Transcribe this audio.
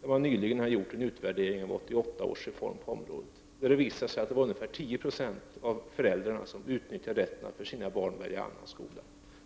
Man har där nyligen gjort en utvärdering av 1988 års reform på området, och det visar sig att ungefär 10 26 av föräldrarna utnyttjat rätten att välja annan skola för sina barn.